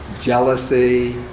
jealousy